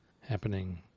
happening